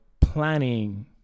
planning